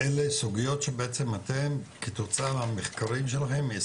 אלה סוגיות שבעצם אתם כתוצאה מהמחקרים שלכם?